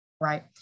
right